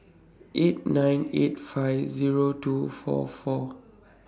eight nine eight five Zero two four four